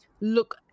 look